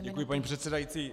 Děkuji, paní předsedající.